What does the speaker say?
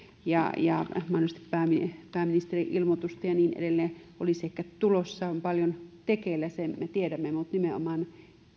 ja ja mahdollisesti pääministerin ilmoitus ja niin edelleen olisivat ehkä tulossa on paljon tekeillä sen me tiedämme mutta nimenomaan